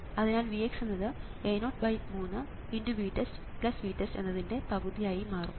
അതിനാൽ Vx എന്നത് A03×VTEST VTEST എന്നതിൻറെ പകുതിയായി മാറും